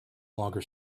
longer